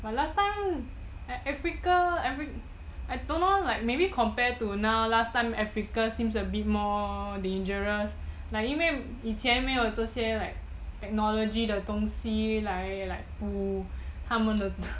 but last time africa afri~ I don't know like maybe compared to now last time africa seems a bit more dangerous like 因为以前没有这些 technology 的东西来补他们的